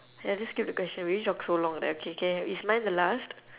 ya just skip the question we already talk so long right K K is mine the last